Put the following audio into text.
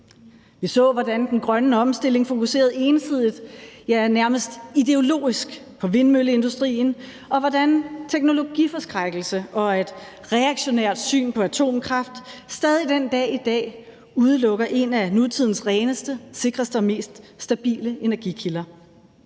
Vi så, hvordan den grønne omstilling fokuserede ensidigt, ja, nærmeste ideologisk, på vindmølleindustrien, og hvordan teknologiforskrækkelse og et reaktionært syn på atomkraft stadig den dag i dag udelukker en af nutidens reneste, sikreste og mest stabile energikilder.